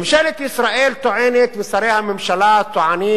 ממשלת ישראל טוענת ושרי הממשלה טוענים